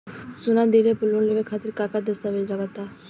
सोना दिहले पर लोन लेवे खातिर का का दस्तावेज लागा ता?